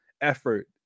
effort